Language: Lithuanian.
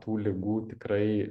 tų ligų tikrai